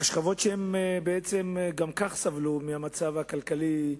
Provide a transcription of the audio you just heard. השכבות שבעצם גם כך סבלו מהמצב הכלכלי,